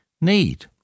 need